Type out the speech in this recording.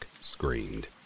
screamed